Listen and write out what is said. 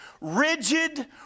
rigid